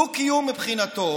דו-קיום מבחינתו